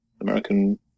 American